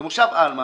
במושב עלמה